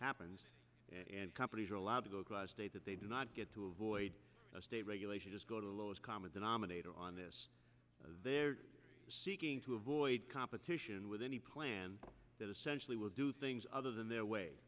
happens and companies are allowed to go to the state that they do not get to avoid the state regulation just go to the lowest common denominator on this they're seeking to avoid competition with any plan that essentially will do things other than their way